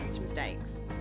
mistakes